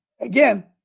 again